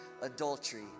adultery